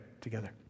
together